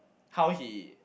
how he